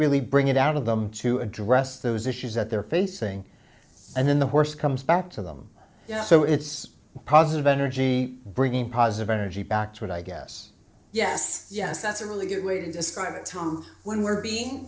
really bring it out of them to address those issues that they're facing and then the horse comes back to them so it's positive energy bringing positive energy back to it i guess yes yes that's a really good way to describe a time when we're being